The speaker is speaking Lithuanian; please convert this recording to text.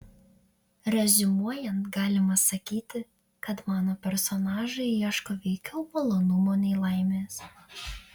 reziumuojant galima sakyti kad mano personažai ieško veikiau malonumo nei laimės